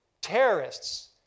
terrorists